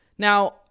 Now